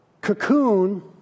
cocoon